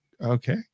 okay